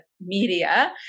media